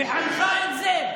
והלכה עם זה.